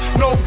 no